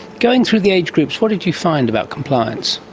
going through the age groups, what did you find about compliance?